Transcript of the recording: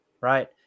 right